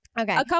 Okay